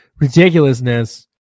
ridiculousness